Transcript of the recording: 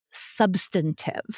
Substantive